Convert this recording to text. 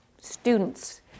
students